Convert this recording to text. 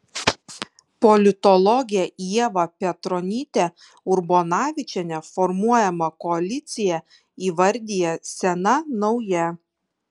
politologė ieva petronytė urbonavičienė formuojamą koaliciją įvardija sena nauja